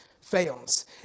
fails